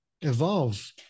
evolve